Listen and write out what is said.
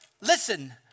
listen